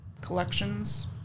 collections